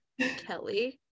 Kelly